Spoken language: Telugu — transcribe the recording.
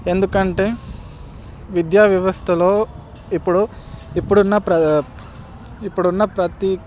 ఎందుకంటే విద్యా వ్యవస్థలో ఇప్పుడు ఇప్పుడున్న ప్ర ఇప్పుడున్న ప్రతి